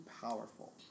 powerful